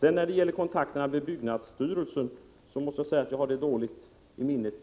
Beträffande kontakter med byggnadsstyrelsen måste jag säga att jag inte har dem tydligt i minne.